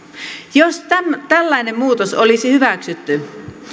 jos tällainen muutos olisi hyväksytty